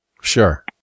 Sure